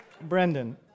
Brendan